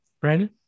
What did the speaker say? Brandon